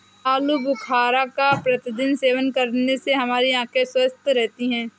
आलू बुखारा का प्रतिदिन सेवन करने से हमारी आंखें स्वस्थ रहती है